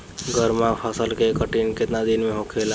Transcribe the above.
गर्मा फसल के कटनी केतना दिन में होखे?